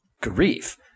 grief